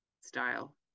style